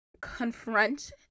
confront